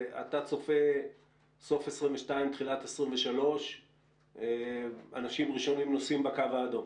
אתה צופה שסוף 2022 תחילת 2023 אנשים ראשונים נוסעים בקו האדום.